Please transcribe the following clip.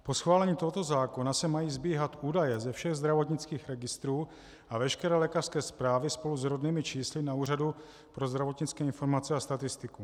Po schválení tohoto zákona se mají sbíhat údaje ze všech zdravotnických registrů a veškeré lékařské zprávy spolu s rodnými čísly na Úřadu pro zdravotnické informace a statistiku.